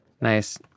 Nice